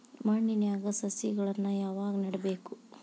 ಮಣ್ಣಿನ್ಯಾಗ್ ಸಸಿಗಳನ್ನ ಯಾವಾಗ ನೆಡಬೇಕು?